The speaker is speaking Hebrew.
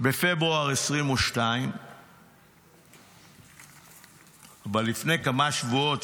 בפברואר 2022. אבל לפני כמה שבועות,